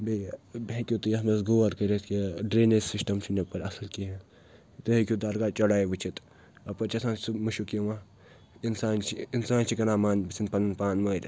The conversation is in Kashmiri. بیٚیہِ ہیٚکِو تُہۍ یَتھ منٛز غور کٔرِتھ کہِ ڈرٛنیج سِسٹَم چھُنہٕ یَپٲرۍ اَصٕل کِہیٖنۍ تُہۍ ہیٚکِو درگاہ چڑایہِ وٕچھِتھ اَپٲرۍ چھِ آسان سُہ مُشُک یِوان اِنسان چھِ اِنسان چھُ کٕنان مان سٕنٛد پَنُن پان مٲرِتھ